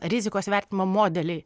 rizikos vertinimo modeliai